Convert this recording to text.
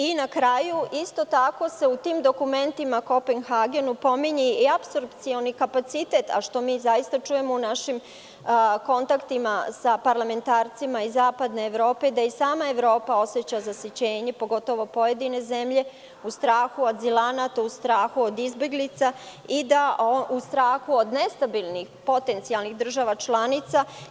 Isto tako, u tim dokumentima, u Kopenhagenu se pominje apsorbcioni kapacitet, a što mi zaista čujemo u našim kontaktima sa parlamentarcima iz zapadne Evrope, da i sama Evropa oseća zasićenje, pogotovo pojedine zemlje, u strahu od azilanata, u strahu od izbeglica, u strahu od nestabilnih država članica.